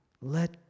let